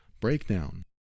breakdown